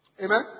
Amen